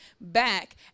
back